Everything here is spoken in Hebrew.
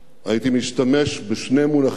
הייתי משתמש בשני מונחים: